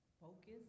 Focus